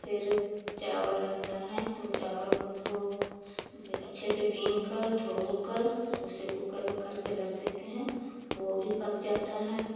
फिर चावल रहता हैं तो चावल को धोकर अच्छे से बीनकर धोकर उसे कुकर में करके रख देते हैं वह भी पक जाता है